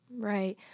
Right